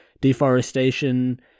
Deforestation